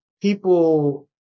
people